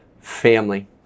family